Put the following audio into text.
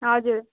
हजुर